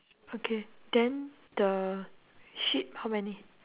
okay then the sheep how many